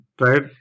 Right